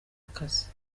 akazi